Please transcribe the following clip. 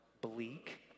bleak